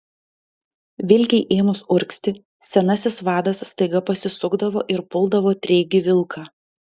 vilkei ėmus urgzti senasis vadas staiga pasisukdavo ir puldavo treigį vilką